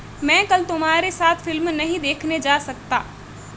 मैं कल तुम्हारे साथ फिल्म नहीं देखने जा सकता